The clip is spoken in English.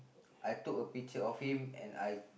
I took a picture of him and I